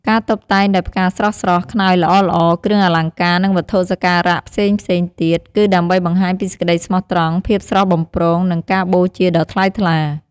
ការតុបតែងដោយផ្កាស្រស់ៗ ខ្នើយល្អៗ គ្រឿងអលង្ការ និងវត្ថុសក្ការៈផ្សេងៗទៀត គឺដើម្បីបង្ហាញពីសេចក្តីស្មោះត្រង់ ភាពស្រស់បំព្រង និងការបូជាដ៏ថ្លៃថ្លា។